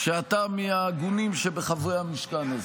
שאתה מההגונים שבחברי המשכן הזה.